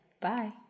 Bye